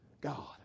God